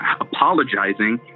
apologizing